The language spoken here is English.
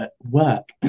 work